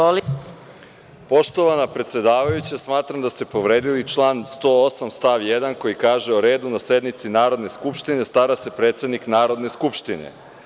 Poštovana predsedavajuća, smatram da ste povredili član 108. stav 1. koji kaže – o redu na sednici Narodne skupštine stara se predsednik Narodne skupštine.